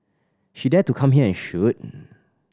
she dare to come here and shoot